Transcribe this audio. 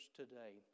today